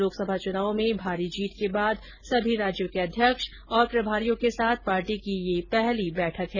लोकसभा चुनाव में भारी जीत के बाद सभी राज्यों के अध्यक्ष और प्रभारियों के साथ पार्टी की यह पहली बैठक है